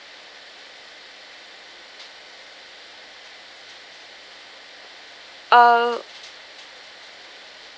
err